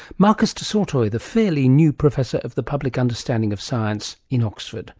marcus du sautoy, the fairly new professor of the public understanding of science in oxford